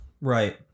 Right